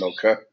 Okay